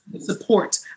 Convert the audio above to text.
Support